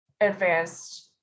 advanced